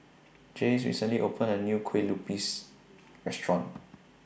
Jace recently opened A New Kue Lupis Restaurant